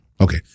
Okay